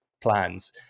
plans